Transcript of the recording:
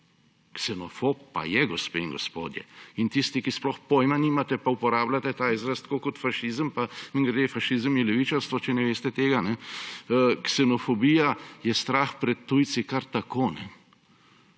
Ksenofob pa je, gospe in gospodje. In tisti, ki sploh pojma nimate, pa uporabljate ta izraz tako kot fašizem, pa mimogrede, fašizem je levičarstvo, če ne veste tega. Ksenofobija je strah pred tujci kar tako.